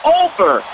over